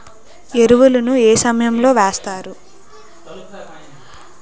ఎరువుల ను ఏ సమయం లో వేస్తారు?